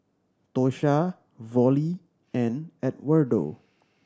Tosha Vollie and Edwardo